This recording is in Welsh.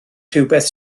rhywbeth